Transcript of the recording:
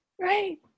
Right